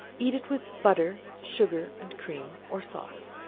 eat it with butter, sugar and cream, or sauce.